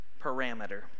parameter